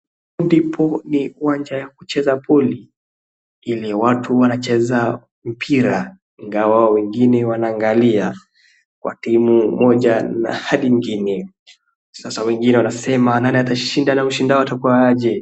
Hapo ndipo ni uwanja wa kucheza boli ili watu wanacheza mpira ingawa wengine wanaangalia wa timu moja hadi ingine, sasa wengine wanasema nani atashida na mshindwa atakuwa aje.